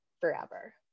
forever